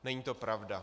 Není to pravda.